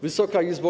Wysoka Izbo!